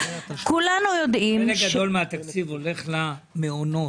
חלק גדול מהתקציב הולך לסבסוד המעונות.